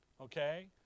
Okay